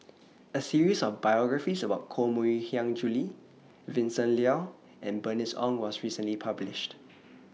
A series of biographies about Koh Mui Hiang Julie Vincent Leow and Bernice Ong was recently published